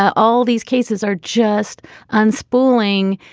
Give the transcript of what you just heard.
all these cases are just unsporting.